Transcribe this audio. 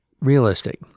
realistic